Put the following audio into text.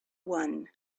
one